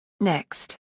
Next